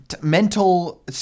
mental